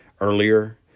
earlier